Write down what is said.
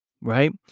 right